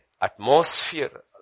atmosphere